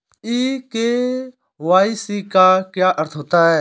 ई KYC का क्या अर्थ होता है?